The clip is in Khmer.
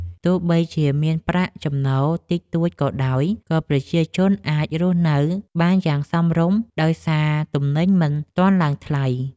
ទោះបីជាមានប្រាក់ចំណូលតិចតួចក៏ដោយ ក៏ប្រជាជនអាចរស់នៅបានយ៉ាងសមរម្យដោយសារទំនិញមិនទាន់ឡើងថ្លៃ។